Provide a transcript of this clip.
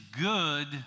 good